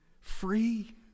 Free